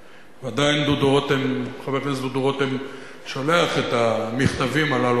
ועדיין חבר הכנסת דודו רותם שולח את המכתבים האלה,